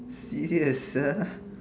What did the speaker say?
serious ah